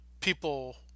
people